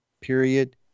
period